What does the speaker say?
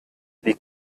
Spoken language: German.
wie